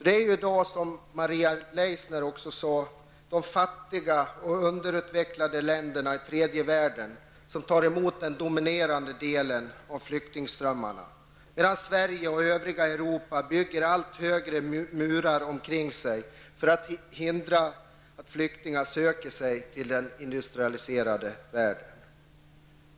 I dag är det, som också Maria Leissner sade, de fattiga och underutvecklade länderna i tredje världen som tar emot den dominerande delen av flyktingströmmarna, medan Sverige och övriga Europa bygger allt högre murar omkring sig för att hindra flyktingar som söker sig till den industrialiserade världen.